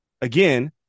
again